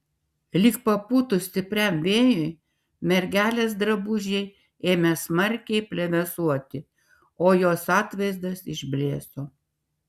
lyg papūtus stipriam vėjui mergelės drabužiai ėmė smarkiai plevėsuoti o jos atvaizdas išblėso